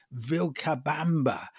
Vilcabamba